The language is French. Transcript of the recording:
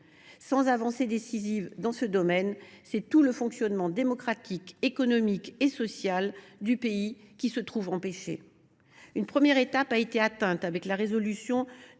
Sans avancée décisive dans ce domaine, c’est tout le fonctionnement démocratique, économique et social du pays qui se trouve empêché. Une première étape a été franchie avec la résolution du 2